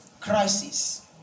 crisis